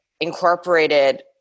incorporated